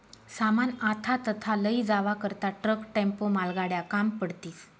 सामान आथा तथा लयी जावा करता ट्रक, टेम्पो, मालगाड्या काम पडतीस